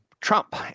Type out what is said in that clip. Trump